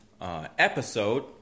episode